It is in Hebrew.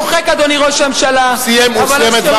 אתה צוחק, אדוני ראש הממשלה, הוא סיים את דבריו.